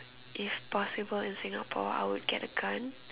if possible in Singapore I will get a gun